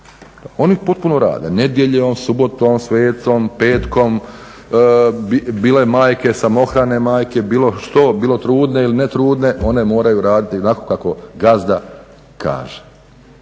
Oni potpuno rade, nedjeljom, subotom, svecom, petkom, bile majke, samohrane majke, bilo što, bilo trudne ili ne trudne, one moraju raditi onako kako gazda kaže.